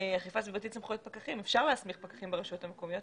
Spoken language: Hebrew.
אכיפה סביבתית- סמכויות פקחים אפשר להסמיך פקחים ברשויות המקומיות.